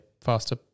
faster